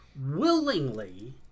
willingly